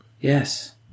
Yes